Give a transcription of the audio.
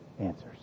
answers